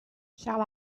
shall